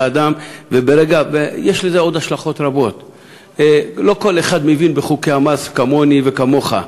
יש לזה עוד השלכות רבות: לא כל אחד מבין בחוקי המס כמוני וכמוך,